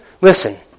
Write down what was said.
Listen